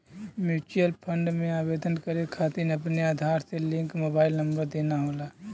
mutual fund में आवेदन करे खातिर अपने आधार से लिंक मोबाइल नंबर देना होला